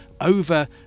over